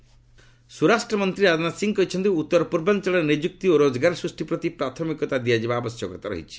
ରାଜନାଥ ସିଲଙ୍ଗ୍ ସ୍ୱରାଷ୍ଟ୍ରମନ୍ତ୍ରୀ ରାଜନାଥ ସିଂହ କହିଛନ୍ତି ଉତ୍ତର ପୂର୍ବାଞ୍ଚଳରେ ନିଯୁକ୍ତି ଓ ରୋଜଗାର ସୃଷ୍ଟି ପ୍ରତି ପ୍ରାଥମିକତା ଦିଆଯିବା ଆବଶ୍ୟକତା ରହିଛି